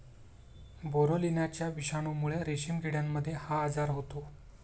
बोरोलिनाच्या विषाणूमुळे रेशीम किड्यांमध्ये हा आजार होतो